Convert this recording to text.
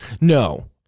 No